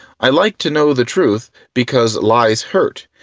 i like to know the truth because lies hurt,